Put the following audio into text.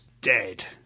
dead